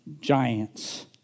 giants